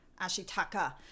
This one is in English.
Ashitaka